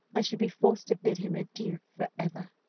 i should be forced to bid him adieu for ever!